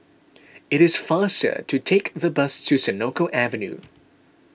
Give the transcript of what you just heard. it is faster to take the bus to Senoko Avenue